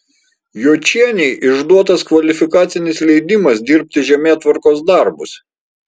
juočienei išduotas kvalifikacinis leidimas dirbti žemėtvarkos darbus